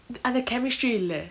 அந்த:antha chemistry இல்ல:illa